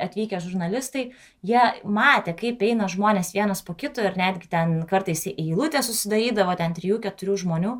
atvykę žurnalistai jie matė kaip eina žmonės vienas po kito ir netgi ten kartais eilutė susidarydavo ten trijų keturių žmonių